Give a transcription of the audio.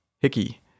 Hickey